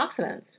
antioxidants